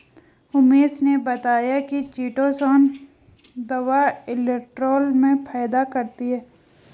उमेश ने बताया कि चीटोसोंन दवा कोलेस्ट्रॉल में फायदा करती है